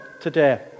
today